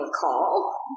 call